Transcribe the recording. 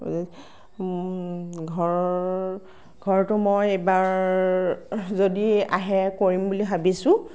ঘৰৰ ঘৰটো মই এইবাৰ যদি আহে কৰিম বুলি ভাবিছোঁ